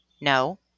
No